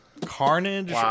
Carnage